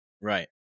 Right